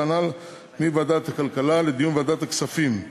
הנ"ל מוועדת הכלכלה לדיון בוועדת הכספים.